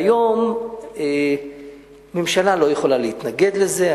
היום הממשלה לא יכולה להתנגד לזה.